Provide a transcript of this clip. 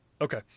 Okay